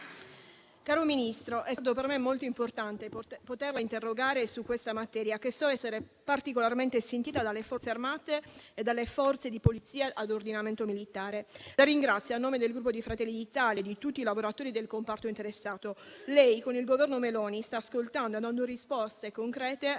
Caro Ministro, è stato per me molto importante poterla interrogare su questa materia, che so essere particolarmente sentita dalle Forze armate e dalle Forze di polizia a ordinamento militare. La ringrazio, a nome del Gruppo Fratelli d'Italia e di tutti i lavoratori del comparto interessato. Lei, con il Governo Meloni, sta ascoltando e dando risposte concrete